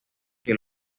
que